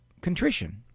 contrition